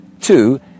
two